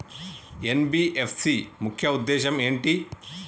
NBFC ముఖ్య ఉద్దేశం ఏంటి?